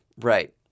Right